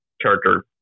character